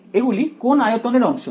এগুলি কোন আয়তনের অংশ হবে